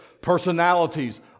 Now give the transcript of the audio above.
personalities